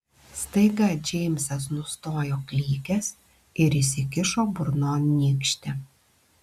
staiga džeimsas nustojo klykęs ir įsikišo burnon nykštį